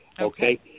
Okay